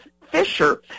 Fisher